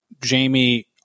Jamie